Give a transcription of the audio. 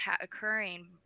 occurring